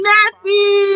Nappy